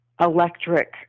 electric